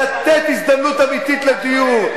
לתת הזדמנות אמיתית לדיור,